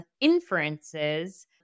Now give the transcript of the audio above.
inferences